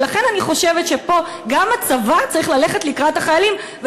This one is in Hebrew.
ולכן אני חושבת שפה גם הצבא צריך ללכת לקראת החיילים,